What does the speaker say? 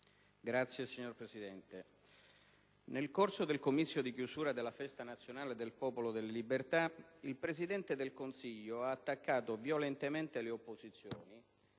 Signor Presidente, nel corso del comizio di chiusura della Festa nazionale del Popolo della Libertà il Presidente del Consiglio ha attaccato violentemente le opposizioni